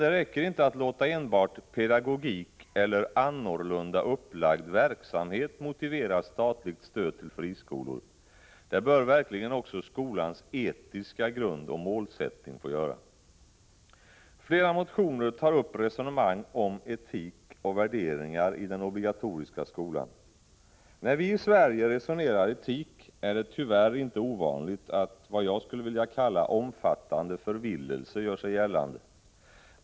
Det räcker inte att låta enbart pedagogik eller annorlunda upplagd verksamhet vara avgörande för statligt stöd till friskolor. Det bör verkligen också skolans etiska grund och målsättning få vara. I flera motioner förs ett resonemang om etik och värderingar i den obligatoriska skolan. När vi i Sverige resonerar etik, är det tyvärr inte ovanligt att vad jag skulle vilja kalla omfattande förvillelse gör sig gällande.